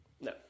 No